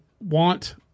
want